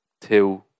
two